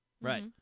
right